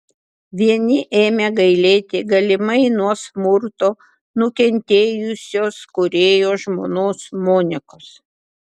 vieni ėmė gailėti galimai nuo smurto nukentėjusios kūrėjo žmonos monikos